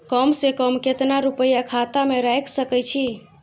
कम से कम केतना रूपया खाता में राइख सके छी?